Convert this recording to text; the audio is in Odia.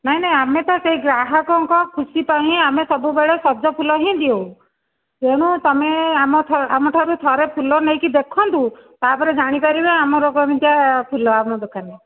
ନାହିଁ ନାହିଁ ଆମେ ପା ସେହି ଗ୍ରାହକଙ୍କ ଖୁସି ପାଇଁ ଆମେ ସବୁବେଳେ ସଜ ଫୁଲ ହିଁ ଦିଅଉ ତେଣୁ ତମେ ଆମ ଆମଠାରୁ ଫୁଲ ନେଇକି ଦେଖନ୍ତୁ ତା ପରେ ଜାଣି ପାରିବେ ଆମର କେମିତିଆ ଫୁଲ ଆମ ଦୋକାନୀ